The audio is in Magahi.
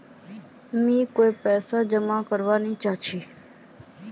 मी कोय पैसा जमा नि करवा चाहची